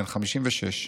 בן 56,